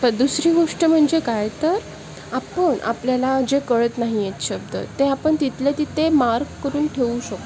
परत दुसरी गोष्ट म्हणजे काय तर आपण आपल्याला जे कळत नाही आहेत शब्द ते आपण तिथल्या तिथे मार्क करून ठेवू शकतो